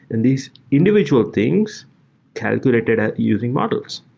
and these individuals things calculated at using models.